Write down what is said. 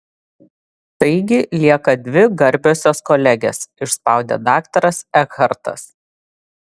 taigi lieka dvi garbiosios kolegės išspaudė daktaras ekhartas